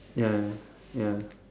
ya ya ya